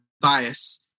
bias